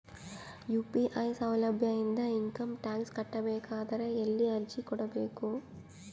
UPI ಸೌಲಭ್ಯ ಇಂದ income tax ಕಟ್ಟಬೇಕಾದರ ಎಲ್ಲಿ ಅರ್ಜಿ ಕೊಡಬೇಕು?